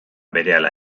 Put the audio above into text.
berehala